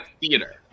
theater